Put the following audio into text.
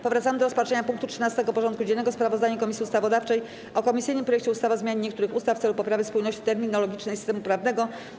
Powracamy do rozpatrzenia punktu 13. porządku dziennego: Sprawozdanie Komisji Ustawodawczej o komisyjnym projekcie ustawy o zmianie niektórych ustaw w celu poprawy spójności terminologicznej systemu prawnego.